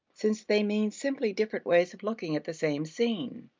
since they mean simply different ways of looking at the same scene.